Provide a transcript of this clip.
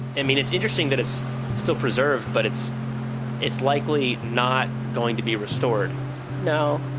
and mean, it's interesting that it's still preserved but it's it's likely not going to be restored no.